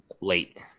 late